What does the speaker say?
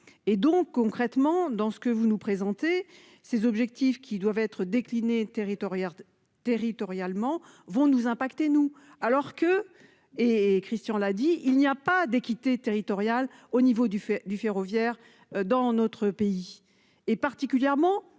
et donc concrètement dans ce que vous nous présentez ses objectifs qui doivent être déclinées. Territorialement vont nous impacter nous alors que et Christian l'a dit, il n'y a pas d'équité territoriale, au niveau du fait du ferroviaire dans notre pays et particulièrement